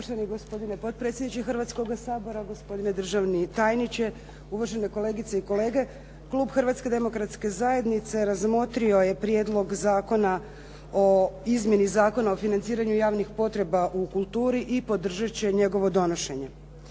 Poštovani gospodine potpredsjedniče Hrvatskoga sabora, gospodine državni tajniče, uvažene kolegice i kolege. Klub Hrvatske demokratske zajednice razmotrio je Prijedlog zakona o izmjeni Zakona o financiranju javnih potreba u kulturi i podržat će njegovo donošenje.